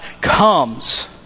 comes